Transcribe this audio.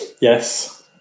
Yes